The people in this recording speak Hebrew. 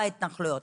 בהתנחלויות,